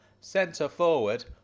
Centre-forward